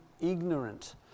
ignorant